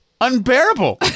unbearable